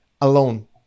alone